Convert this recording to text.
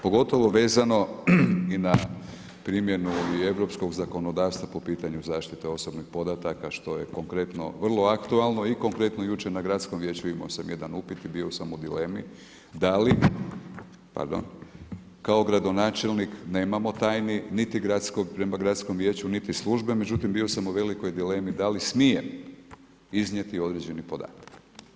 Pogotovo vezano i na primjenu i europskog zakonodavstva, po pitanju zaštite osobnih podataka, što je konkretno vrlo aktualno i konkretno jučer na gradskom vijeću, imao sam jedan upit i bio sam u dilemi, da li kao gradonačelnik nemamo tajni niti prema gradskom vijeću, niti službe, međutim, bio sam u velikoj dilemi, da li smijem iznijeti određeni podatak.